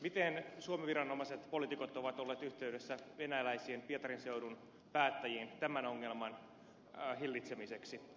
miten suomen viranomaiset poliitikot ovat olleet yhteydessä venäläisiin pietarin seudun päättäjiin tämän ongelman hillitsemiseksi